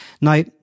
Now